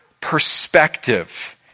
perspective